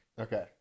Okay